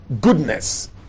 goodness